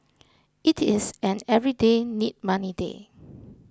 it is an everyday need money day